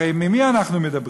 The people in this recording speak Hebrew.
הרי על מי אנחנו מדברים?